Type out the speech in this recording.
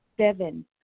seven